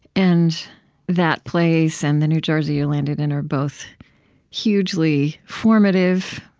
and that place and the new jersey you landed in are both hugely formative,